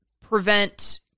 prevent